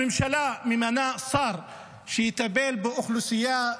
הממשלה ממנה שר שיטפל באוכלוסייה,